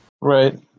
Right